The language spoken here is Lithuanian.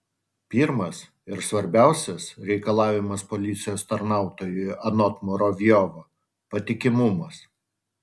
pirmas ir svarbiausias reikalavimas policijos tarnautojui anot muravjovo patikimumas